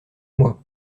mois